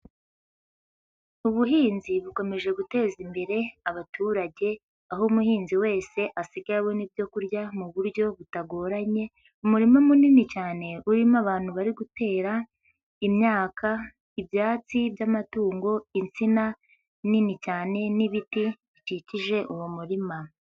Ubuhinzi bukomeje guteza imbere abaturage, aho umuhinzi wese asigaye abona ibyo kurya mu buryo butagoranye, umurima munini cyane urimo abantu bari gutera imyaka ibyatsi by'amatungo, insina nini cyane n'ibiti bikikije uwo murima.